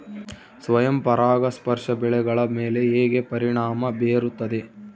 ಸ್ವಯಂ ಪರಾಗಸ್ಪರ್ಶ ಬೆಳೆಗಳ ಮೇಲೆ ಹೇಗೆ ಪರಿಣಾಮ ಬೇರುತ್ತದೆ?